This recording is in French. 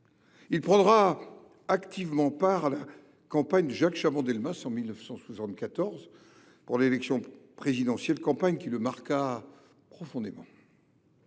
prendra activement part à la campagne de Jacques Chaban-Delmas pour l’élection présidentielle de 1974, campagne qui le marqua profondément.